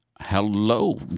Hello